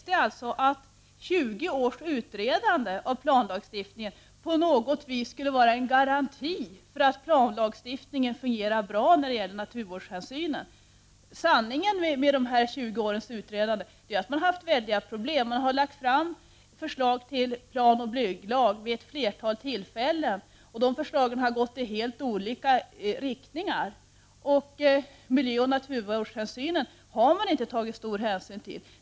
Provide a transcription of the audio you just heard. Det sägs att 20 års utredande av planlagstiftningen på något sätt skulle vara en garanti för att denna lagstiftning fungerar bra ur naturvårdshänsyn. Sanningen bakom dessa 20 års utredande är att man har haft stora problem. Man har lagt fram förslag till planoch bygglag vid ett flertal tillfällen. Förslagen har gått i helt olika riktningar. Miljöoch naturvårdsaspekter har man inte tagit stor hänsyn till.